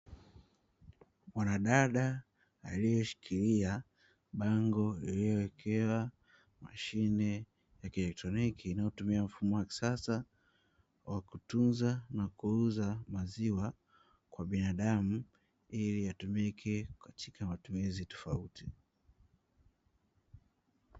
Mwanadada aliyeshikilia bango lililowekewa mashine ya kieletroniki inayotumia mfumo wa kisasa, wa kutunza na kuuza maziwa kwa binadamu, ili yatumike katika matumizi tofauti.